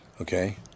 Okay